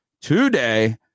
today